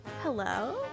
Hello